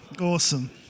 Awesome